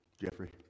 Jeffrey